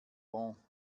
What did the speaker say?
bon